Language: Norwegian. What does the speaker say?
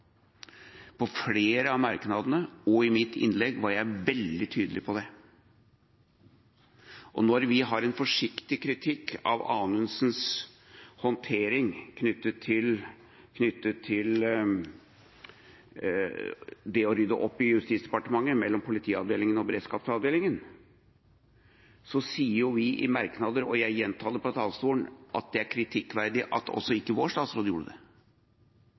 I flere av merknadene og i mitt innlegg var jeg veldig tydelig på det. Når vi har en forsiktig kritikk av Anundsens håndtering knyttet til det å rydde opp i Justisdepartementet mellom Politiavdelingen og Rednings- og beredskapsavdelingen, sier jo vi i merknader – og jeg gjentar det fra talerstolen – at det er kritikkverdig at ikke også vår statsråd gjorde det.